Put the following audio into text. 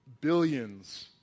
billions